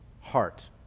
Heart